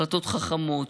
החלטות חכמות,